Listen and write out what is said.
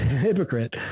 hypocrite